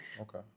okay